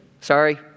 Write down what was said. Sorry